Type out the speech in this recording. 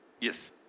Yes